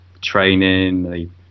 training